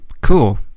cool